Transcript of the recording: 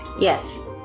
Yes